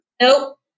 Nope